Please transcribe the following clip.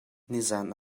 nizaan